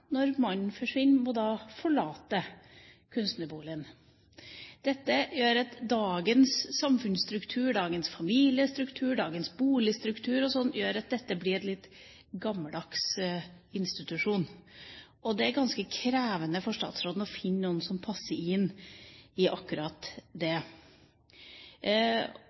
når mannen forsvinner, må forlate kunstnerboligen. Dette gjør at dagens samfunnsstruktur, dagens familiestruktur, dagens boligstruktur osv. blir en litt gammeldags institusjon, og det er ganske krevende for statsråden å finne noen som passer inn i akkurat det.